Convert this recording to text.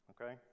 okay